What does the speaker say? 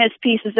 pieces